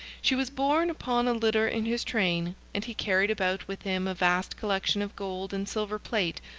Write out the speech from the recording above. she was borne upon a litter in his train, and he carried about with him a vast collection of gold and silver plate,